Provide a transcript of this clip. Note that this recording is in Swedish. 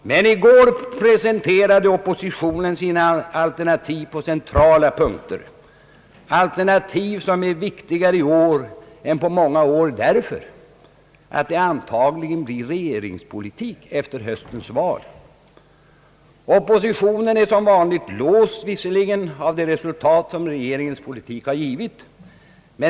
I går pre senterade oppositionen sina alternativ på centrala punkter — alternativ som är viktigare i år än på många år därför att de antagligen blir regeringspolitik efter höstens val. Oppositionen är som vanligt låst av de resultat som regeringens politik har givit.